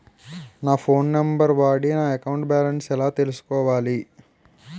నా phone number వాడి నా అకౌంట్ బాలన్స్ ఎలా తెలుసుకోవాలి?